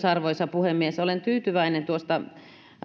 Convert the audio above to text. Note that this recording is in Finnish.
arvoisa puhemies olen tyytyväinen tuossa